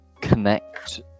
connect